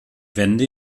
wände